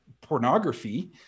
pornography